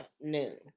noon